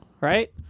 right